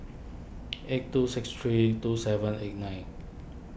eight two six three two seven eight nine